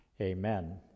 amen